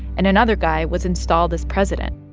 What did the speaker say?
and another guy was installed as president.